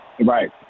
Right